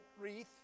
wreath